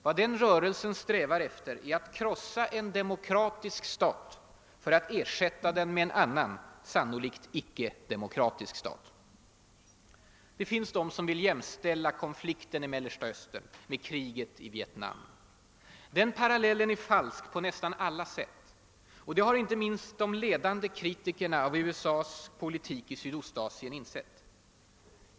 Vad den rörelsen strävar efter är att krossa en demokratisk stat för att ersätta den med en annan, sannolikt icke-demokratisk stat. Det finns de som vill jämställa konflikten i Mellersta Östern med kriget i Vietnam. Den parallellen är falsk på nästan alla sätt, och det har inte minst de ledande kritikerna av USA:s politik i Sydostasien insett.